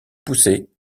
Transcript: poussé